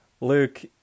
Luke